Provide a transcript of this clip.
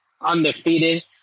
undefeated